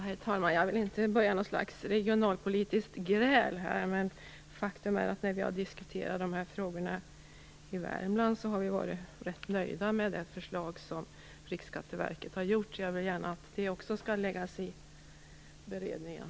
Herr talman! Jag vill inte börja något slags regionalpolitiskt gräl, men faktum är att vi har varit rätt nöjda med det förslag som Riksskatteverket har lagt fram när vi har diskuterat dessa frågor i Värmland. Jag vill gärna att det också skall tas med i beredningen.